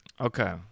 okay